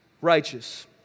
righteous